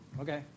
Okay